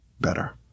better